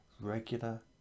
regular